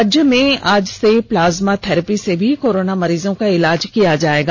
राज्य में आज से प्लाज्मा थेरेपी से भी कोरोना मरीजों का इलाज किया जाएगा